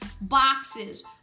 boxes